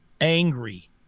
angry